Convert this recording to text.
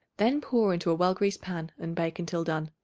then pour into a well-greased pan and bake until done.